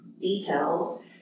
details